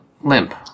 limp